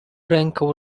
ręką